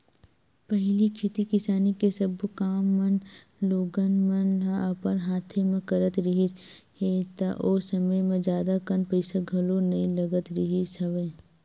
पहिली खेती किसानी के सब्बो काम मन लोगन मन ह अपन हाथे म करत रिहिस हे ता ओ समे म जादा कन पइसा घलो नइ लगत रिहिस हवय